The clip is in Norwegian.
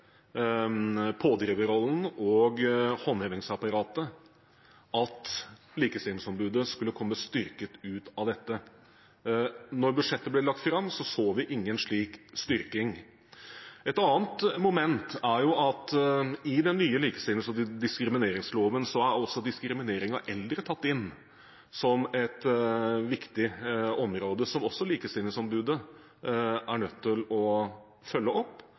pådriverrollen og håndhevingsapparatet, var jo at Likestillingsombudet skulle komme styrket ut av dette. Da budsjettet ble lagt fram, så vi ingen slik styrking. Et annet moment er at i den nye likestillings- og diskrimineringsloven er også diskrimineringen av eldre tatt inn som et viktig område, som også Likestillingsombudet er nødt til å følge opp